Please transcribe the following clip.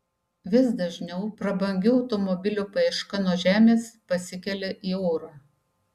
vis dažniau prabangių automobilių paieška nuo žemės pasikelia į orą